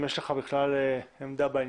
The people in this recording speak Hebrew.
אם יש לך עמדה בעניין.